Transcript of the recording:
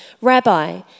Rabbi